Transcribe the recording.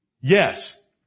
Yes